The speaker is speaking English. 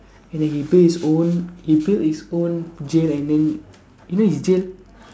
and then he build his own he build his own jail and then even his jail